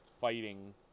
fighting